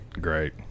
Great